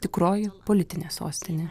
tikroji politinė sostinė